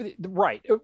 right